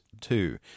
two